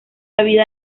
vida